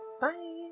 Bye